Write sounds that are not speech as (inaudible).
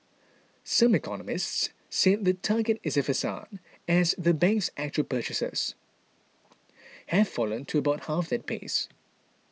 (noise) some economists said the target is a facade as the bank's actual purchases (noise) have fallen to about half that pace